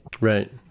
Right